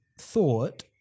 thought